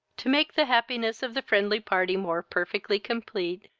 to make the happiness of the friendly party more perfectly complete,